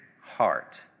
heart